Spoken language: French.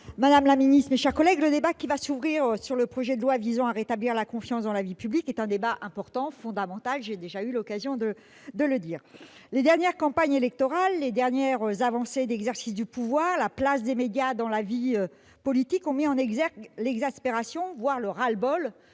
madame la garde des sceaux, mes chers collègues, le débat relatif au projet de loi visant à rétablir la confiance dans la vie publique est important et fondamental, comme j'ai eu l'occasion de le souligner hier. Les dernières campagnes électorales, les dernières modalités d'exercice du pouvoir, la place des médias dans la vie politique ont mis en exergue l'exaspération, voire le ras-le-bol